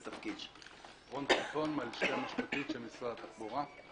רון חלפון, מהלשכה המשפטית של משרד התחבורה.